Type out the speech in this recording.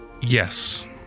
Yes